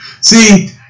See